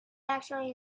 actually